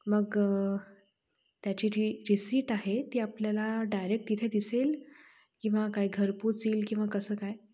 मग त्याची जी रिसीट आहे ती आपल्याला डायरेक्ट तिथे दिसेल किंवा काय घरपोच येईल किंवा कसं काय